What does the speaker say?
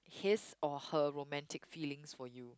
his or her romantic feelings for you